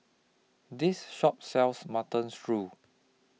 This Shop sells Mutton Stew